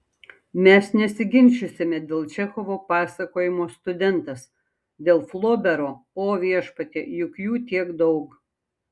mes nesiginčysime dėl čechovo pasakojimo studentas dėl flobero o viešpatie juk jų tiek daug